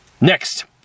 Next